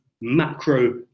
macro